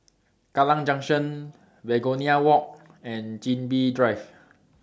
Kallang Junction Begonia Walk and Chin Bee Drive